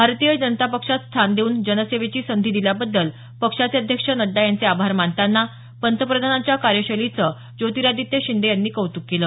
भारतीय जनता पक्षात स्थान देऊन जनसेवेची संधी दिल्याबद्दल पक्षाचे अध्यक्ष नड्डा यांचे आभार मानताना पंतप्रधानांच्या कार्यशैलीचं ज्योतिरादित्य शिंदे यांनी कौतुक केलं